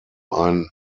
ein